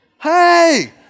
hey